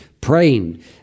praying